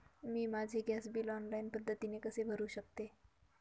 मी माझे gas bill online पद्धतीने कसे भरु शकते?